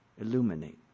illuminate